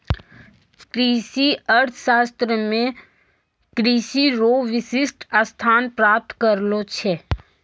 कृषि अर्थशास्त्र मे कृषि रो विशिष्ट स्थान प्राप्त करलो छै